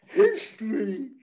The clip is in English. history